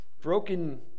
broken